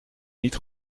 niet